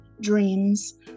dreams